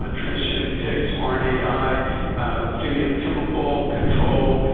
ah transgenic ticks, um rnai, semiochemical control,